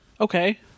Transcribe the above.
Okay